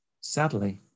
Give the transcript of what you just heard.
sadly